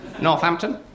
Northampton